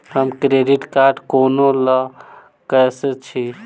हम credit card कोना लऽ सकै छी?